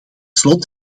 slot